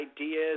ideas